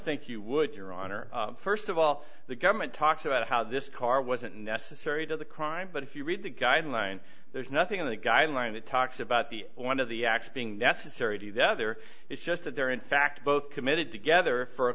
think you would your honor st of all the government talks about how this car wasn't necessary to the crime but if you read the guidelines there's nothing in the guideline that talks about the one of the acts being necessary to the other it's just that they're in fact both committed together for a